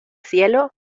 cielo